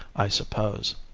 i suppose.